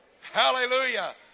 Hallelujah